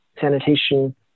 sanitation